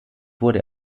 wurde